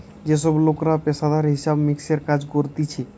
যে সব লোকরা পেশাদারি হিসাব মিক্সের কাজ করতিছে